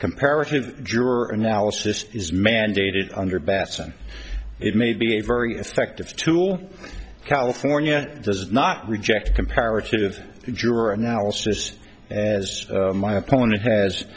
comparative juror analysis is mandated under batson it may be a very effective tool california does not reject comparative juror analysis as my opponent has